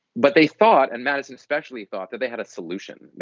but they thought and madison especially thought that they had a solution.